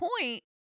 point